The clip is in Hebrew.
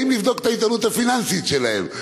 באים לבדוק את האיתנות הפיננסית שלהם.